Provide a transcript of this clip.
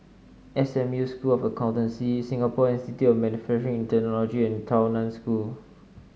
S M U School of Accountancy Singapore Institute of Manufacturing Technology and Tao Nan School